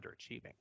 underachieving